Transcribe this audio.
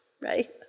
right